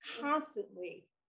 constantly